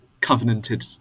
covenanted